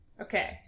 Okay